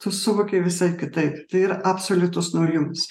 tu suvokei visai kitaip tai yra absoliutus nurimas